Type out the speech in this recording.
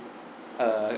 uh